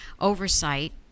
oversight